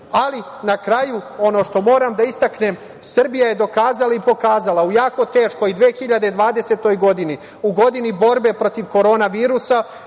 na kraju, ono što moram da istaknem, Srbija je dokazala i pokazala u jako teškoj 2020. godini, u godini borbe protiv korona virusa,